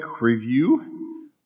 review